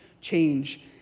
change